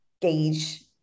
gauge